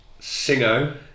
Singo